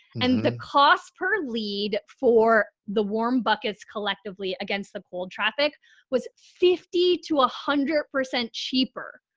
and the cost per lead for the warm buckets collectively against the cold traffic was fifty to a hundred percent cheaper,